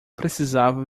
precisava